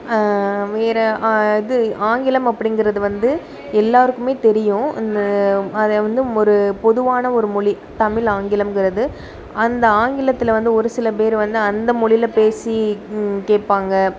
வேற இது ஆங்கிலம் அப்படிங்கறது வந்து எல்லாருக்குமே தெரியும் அதை வந்து ஒரு பொதுவான ஒரு மொழி தமிழ் ஆங்கிலம்ங்கறது அந்த ஆங்கிலத்திலே வந்து ஒரு சில பேர் வந்து அந்த மொழில பேசி கேட்பாங்க